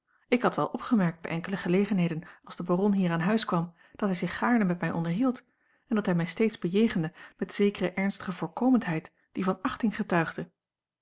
ik had wel opgemerkt bij enkele gelegenheden als de baron hier aan huis kwam dat hij zich gaarne met mij onderhield en dat hij mij steeds bejegende met zekere ernstige voorkomendheid die van achting getuigde